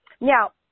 Now